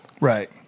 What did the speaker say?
Right